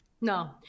no